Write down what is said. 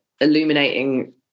illuminating